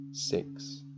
Six